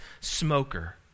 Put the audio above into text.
smoker